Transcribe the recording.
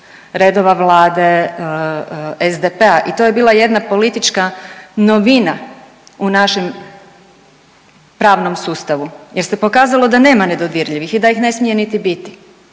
redova Vlade SDP-a i to je bila jedna politička novina u našim pravnom sustavu jer se pokazalo da nema nedodirljivih i da ih ne smije niti biti.